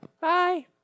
bye